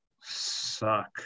suck